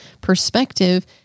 perspective